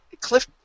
cliff